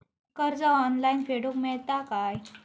कर्ज ऑनलाइन फेडूक मेलता काय?